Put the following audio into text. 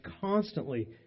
constantly